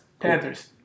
Panthers